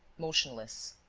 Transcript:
motionless.